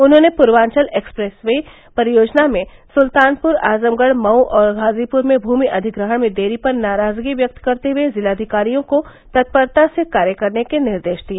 उन्होंने Purvanchal express way परियोजना में सुल्तानपुर आजमगढ़ मऊ और गाजीपुर में भूमि अधिग्रहण में देरी पर नाराजगी व्यक्त करते हुए जिलाधिकारियों को तत्परता से कार्य करने के निर्देश दिए